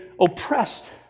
oppressed